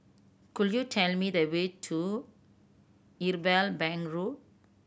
could you tell me the way to Irwell Bank Road